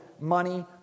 money